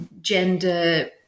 gender